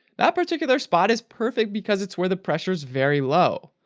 that particular spot is perfect because it's where the pressure is very low,